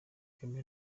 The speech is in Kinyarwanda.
bwemewe